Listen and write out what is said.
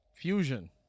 Fusion